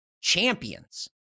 champions